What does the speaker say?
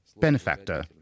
Benefactor